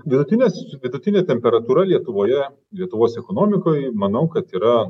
vidutinės vidutinė temperatūra lietuvoje lietuvos ekonomikoj manau kad yra